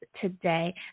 today